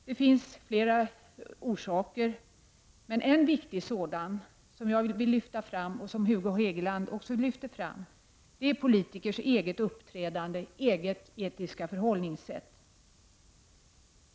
Det finns flera orsaker, men en viktig sådan som jag vill lyfta fram och som också Hugo Hegeland pekade på är politikers eget uppträdande och egna etiska förhållningssätt.